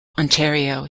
ontario